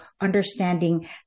understanding